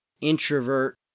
introvert